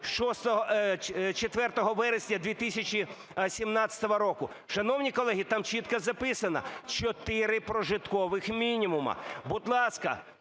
4 вересня 2017 року. Шановні колеги, там чітко записано: чотири прожиткових мінімуми. Будь ласка,